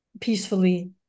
peacefully